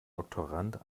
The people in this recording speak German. doktorand